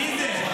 מי זה?